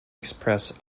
express